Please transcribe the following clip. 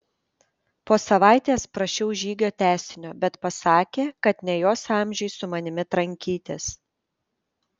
po savaitės prašiau žygio tęsinio bet pasakė kad ne jos amžiui su manimi trankytis